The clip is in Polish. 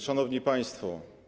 Szanowni Państwo!